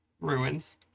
ruins